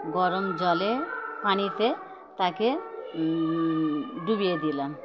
গরম জলে পানিতে তাকে ডুবিয়ে দিলাম